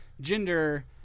gender